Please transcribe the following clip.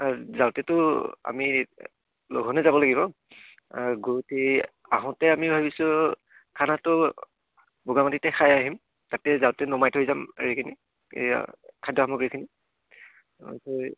যাওঁতেতো আমি লঘুণে যাব লাগিব আহোঁতে আমি ভাবিছোঁ খানাটো খাই আহিম তাতে যাওঁতে নমাই থৈ যাম হেৰিখিনি এই খাদ্য সামগ্ৰীখিনি